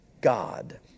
God